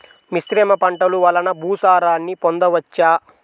మిశ్రమ పంటలు వలన భూసారాన్ని పొందవచ్చా?